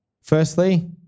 Firstly